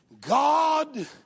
God